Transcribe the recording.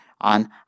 on